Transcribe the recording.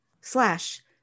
slash